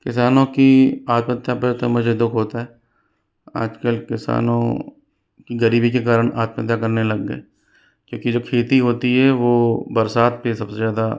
किसानों की आत्महत्या तो मुझे दुख होता है आज कल किसानों गरीबी के कारण आत्माहत्या करने लग गये क्योंकि जब खेती होती है वो बरसात पर सबसे ज़्यादा